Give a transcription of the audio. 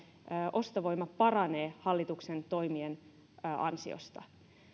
ostovoima paranee hallituksen toimien ansiosta